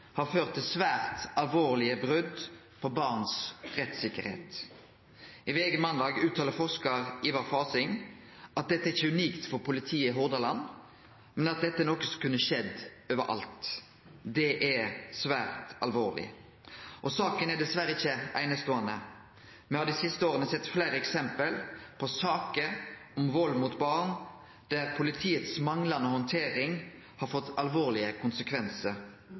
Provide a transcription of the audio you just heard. har ført til svært alvorlege brot på barns rettssikkerheit. I VG måndag uttalar forskar Ivar Fahsing at dette ikkje er unikt for politiet i Hordaland, men at dette er noko som kunne skjedd overalt. Det er svært alvorleg. Saka er dessverre ikkje eineståande. Me har dei siste åra sett fleire eksempel på saker om vald mot barn, der politiets manglande handtering har fått alvorlege konsekvensar.